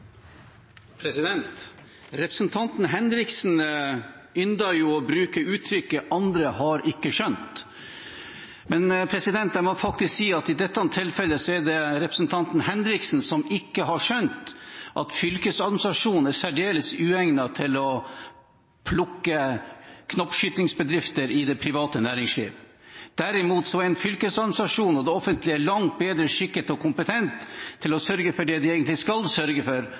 Representanten Henriksen ynder å bruke uttrykket «andre har ikke skjønt», men jeg må si at i dette tilfellet er det representanten Henriksen som ikke har skjønt at fylkesadministrasjonen er særdeles uegnet til å plukke knoppskytingsbedrifter i det private næringslivet. Derimot er en fylkesadministrasjon og det offentlige langt bedre skikket og kompetente til å sørge for det de egentlig skal sørge for,